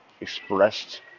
expressed